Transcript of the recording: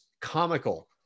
comical